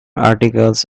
articles